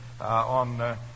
on